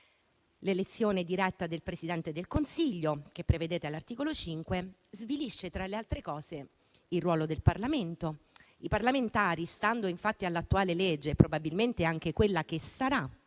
L'elezione diretta del Presidente del Consiglio, che prevedete all'articolo 5, svilisce tra le altre cose il ruolo del Parlamento. I parlamentari, stando infatti all'attuale legge e probabilmente anche quella che sarà,